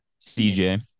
CJ